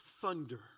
thunder